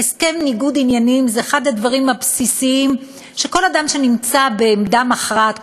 הסכם ניגוד עניינים זה אחד הדברים הבסיסיים שכל אדם שנמצא בעמדה מכרעת,